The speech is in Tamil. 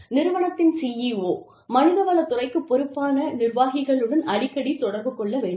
நிறுவனத்தின் CEO மனிதவள துறைக்கு பொறுப்பான நிர்வாகிகளுடன் அடிக்கடி தொடர்பு கொள்ள வேண்டும்